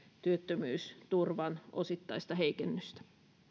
työttömyysturvan osittaista heikennystä